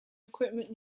equipment